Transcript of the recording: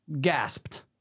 Gasped